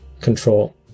control